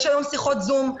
יש היום שיחות זום,